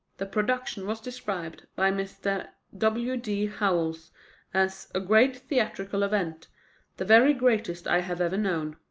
the production was described by mr. w. d. howells as a great theatrical event the very greatest i have ever known.